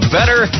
Better